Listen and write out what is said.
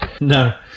No